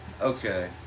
Okay